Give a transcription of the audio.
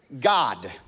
God